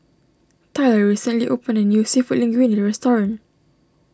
Tyler recently opened a new Seafood Linguine restaurant